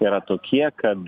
yra tokie kad